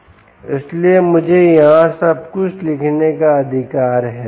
इसलिए मुझे यहां सब कुछ लिखने का अधिकार है